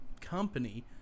company